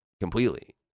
completely